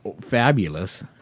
fabulous